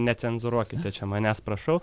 necenzūruokite čia manęs prašau